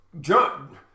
John